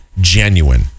genuine